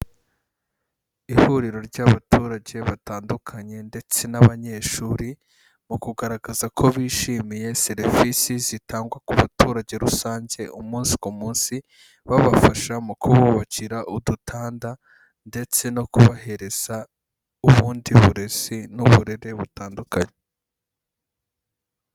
Ihuriro ry'abaturage batandukanye ndetse n'abanyeshuri mu kugaragaza ko bishimiye serivisi zitangwa ku baturage rusange umunsi ku munsi; babafasha mu kububakira udutanda, ndetse no kubahereza ubundi burezi n'uburere butandukanye.